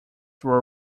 were